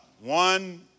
one